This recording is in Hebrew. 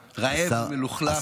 רעב, מלוכלך וקפוא.